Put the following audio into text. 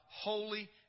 holy